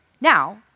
Now